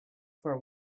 for